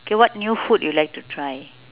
okay what new food you like to try